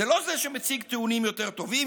זה לא זה שמציג טיעונים יותר טובים,